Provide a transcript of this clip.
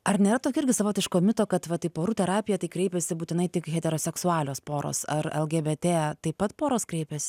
ar nėra tokio irgi savotiško mito kad va į porų terapiją tai kreipiasi būtinai tik heteroseksualios poros ar lgbt taip pat poros kreipiasi